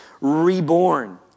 reborn